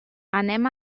anem